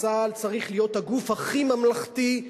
וצה"ל צריך להיות הגוף הכי ממלכתי,